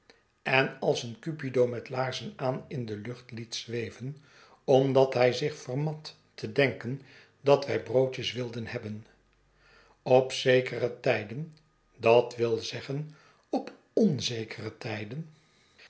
en als een cupido met laarzen aan in de lucht liet zweven omdat hij zich vermat te denken dat wij broodjes wilden hebben op zekere tijden dat wil zeggen op onzekere tijden